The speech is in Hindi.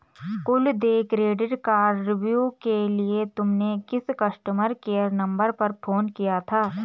कुल देय क्रेडिट कार्डव्यू के लिए तुमने किस कस्टमर केयर नंबर पर फोन किया था?